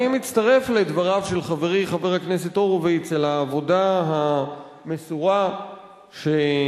אני מצטרף לדבריו של חברי חבר הכנסת הורוביץ על העבודה המסורה שאנשי